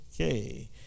Okay